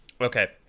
Okay